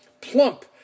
plump